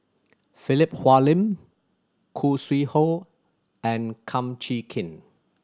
Philip Hoalim Khoo Sui Hoe and Kum Chee Kin